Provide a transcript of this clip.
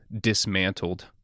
dismantled